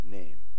name